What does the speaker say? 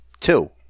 Two